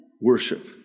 worship